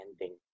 ending